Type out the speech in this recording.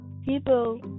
people